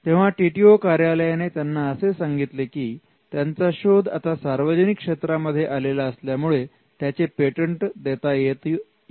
तेव्हा TTO कार्यालयाने त्यांना असे सांगितले की त्यांचा शोध आता सार्वजनिक क्षेत्रांमध्ये आलेला असल्यामुळे त्याचे पेटंट देता येऊ शकत नाही